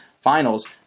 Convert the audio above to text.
Finals